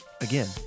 Again